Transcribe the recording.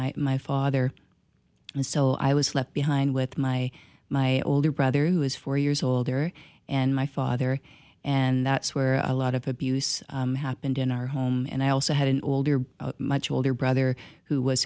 my my father and so i was left behind with my my older brother who is four years older and my father and that's where a lot of abuse happened in our home and i also had an older much older brother who was